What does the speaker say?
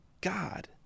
God